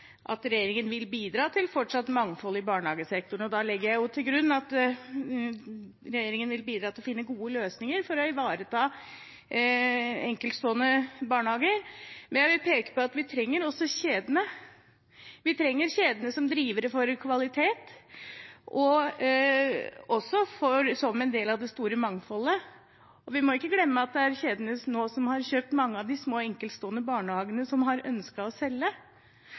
regjeringen vil bidra til fortsatt mangfold i barnehagesektoren, og da legger jeg til grunn at regjeringen vil bidra til å finne gode løsninger for å ivareta enkeltstående barnehager. Men jeg vil peke på at vi trenger også kjedene. Vi trenger kjedene som drivere for kvalitet og også som en del av det store mangfoldet. Vi må ikke glemme at det er kjedene som nå har kjøpt mange av de små enkeltstående barnehagene som har ønsket å selge.